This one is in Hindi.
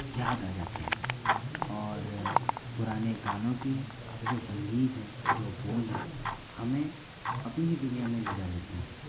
याद आ जाती है और पुराने गानों की जो संगीत है जो बोल है हमें अपनी दुनिया में लेजा लेते हैं